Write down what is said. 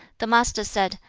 the master said,